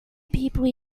people